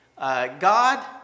God